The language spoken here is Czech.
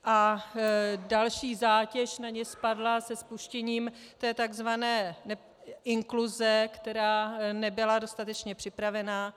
A další zátěž na ně spadla se spuštěním tzv. inkluze, která nebyla dostatečně připravena.